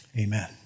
amen